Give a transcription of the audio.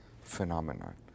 phenomenon